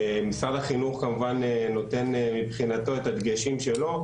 משרד החינוך כמובן נותן מבחינתו את הדגשים שלו,